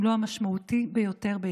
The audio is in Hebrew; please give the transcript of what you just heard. אם לא המשמעותי ביותר,